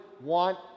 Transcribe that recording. want